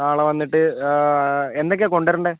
നാളെ വന്നിട്ട് എന്തൊക്കെയാണ് കൊണ്ടു വരേണ്ടത്